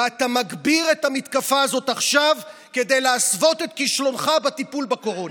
ואתה מגביר את המתקפה הזאת עכשיו כדי להסוות את כישלונך בטיפול בקורונה.